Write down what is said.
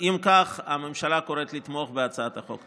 אם כך, הממשלה קוראת לתמוך בהצעת החוק.